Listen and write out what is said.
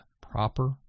proper